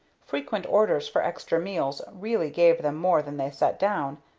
frequent orders for extra meals really gave them more than they set down,